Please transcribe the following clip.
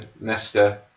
Nesta